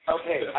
Okay